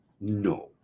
no